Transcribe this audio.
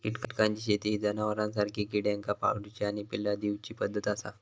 कीटकांची शेती ही जनावरांसारखी किड्यांका पाळूची आणि पिल्ला दिवची पद्धत आसा